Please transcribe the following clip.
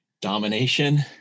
domination